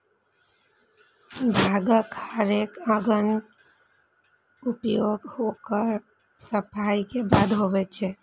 भांगक हरेक अंगक उपयोग ओकर सफाइ के बादे होइ छै